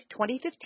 2015